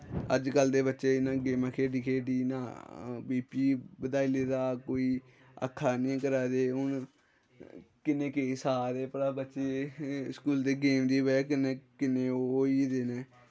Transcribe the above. अजकल्ल दे बच्चे इ'यां गेमां खेढी खेढी इ'यां बी पी बधाई लेदा कोई अक्खां अन्नियां करा दे हून किन्ने केस आ दे भला बच्चे स्कूल दे गेम दी वजह कन्नै किन्ने ओह् होई दे न